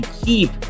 keep